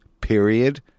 Period